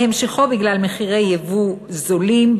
והמשכו בגלל מחירי יבוא זולים,